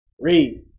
Read